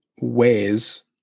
ways